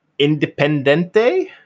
independente